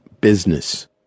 Business